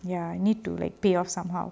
ya you need to like pay off somehow